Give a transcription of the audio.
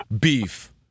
beef